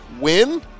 Win